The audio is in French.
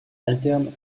alternent